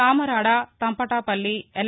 తమరాద తంపటాపల్లి ఎల్